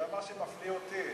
אתה יודע מה שמפליא אותי?